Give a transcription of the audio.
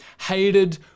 hated